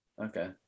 Okay